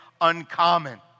uncommon